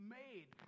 made